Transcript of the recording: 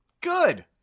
good